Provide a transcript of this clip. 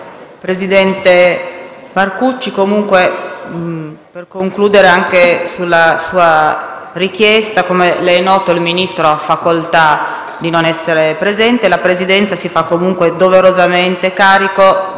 come le è noto il Ministro ha facoltà di non essere presente. La Presidenza si fa comunque doverosamente carico di rappresentare la sua richiesta, politicamente motivata, della presenza in Aula del Ministro.